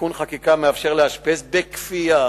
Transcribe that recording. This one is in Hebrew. תיקון חקיקה המאפשר לאשפז בכפייה